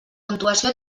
puntuació